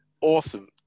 Awesome